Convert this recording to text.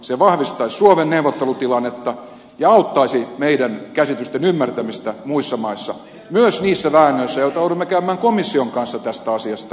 se vahvistaisi suomen neuvottelutilannetta ja auttaisi meidän käsitystemme ymmärtämistä muissa maissa myös niissä väännöissä joita joudumme käymään komission kanssa tästä asiasta